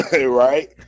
right